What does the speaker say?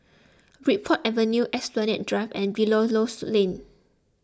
Bridport Avenue Esplanade Drive and Belilios Lane